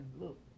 look